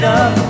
up